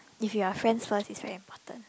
if you are friends first is very important